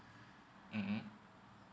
mmhmm